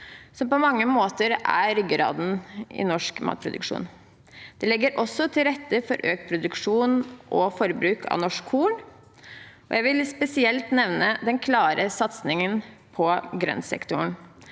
som på mange måter er ryggraden i norsk matproduksjon. Den legger også til rette for økt produksjon og forbruk av norsk korn, og jeg vil spesielt nevne den klare satsingen på grøntsektoren.